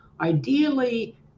ideally